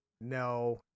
no